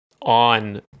on